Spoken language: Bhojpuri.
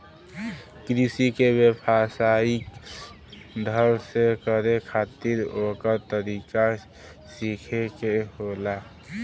कृषि के व्यवसायिक ढंग से करे खातिर ओकर तरीका सीखे के होला